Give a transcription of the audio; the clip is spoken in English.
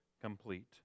complete